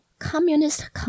Communist